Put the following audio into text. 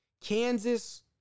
Kansas